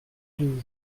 deux